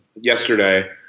yesterday